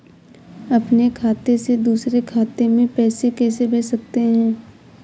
अपने खाते से दूसरे खाते में पैसे कैसे भेज सकते हैं?